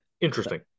interesting